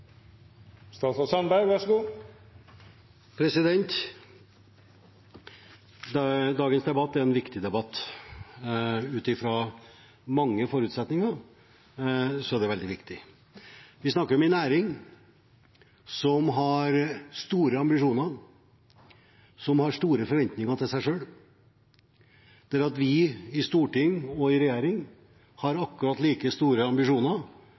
en viktig debatt – ut fra mange forutsetninger er den veldig viktig. Vi snakker om en næring som har store ambisjoner og store forventninger til seg selv, og vi i storting og i regjering har akkurat like store ambisjoner